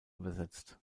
übersetzt